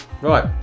Right